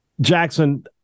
Jackson